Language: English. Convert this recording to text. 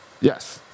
Yes